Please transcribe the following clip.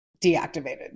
deactivated